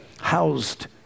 housed